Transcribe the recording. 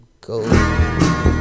go